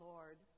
Lord